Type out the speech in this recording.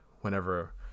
whenever